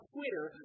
Twitter